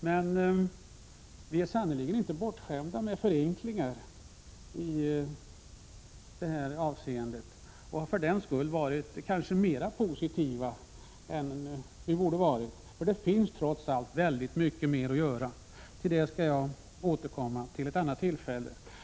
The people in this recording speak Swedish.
Men vi är sannerligen inte bortskämda med förenklingar i detta avseende, och för den skull har vi kanske varit mera positiva än vi borde ha varit. Trots allt finns det väldigt mycket mer att göra. Till detta skall jag återkomma vid ett annat tillfälle.